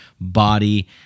body